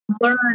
learn